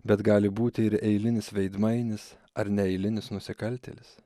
bet gali būti ir eilinis veidmainis ar neeilinis nusikaltėlis